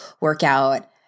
workout